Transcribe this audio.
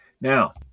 Now